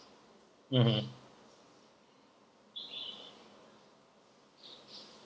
mmhmm